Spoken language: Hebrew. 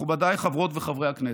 מכובדיי חברות וחברי הכנסת,